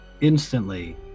Instantly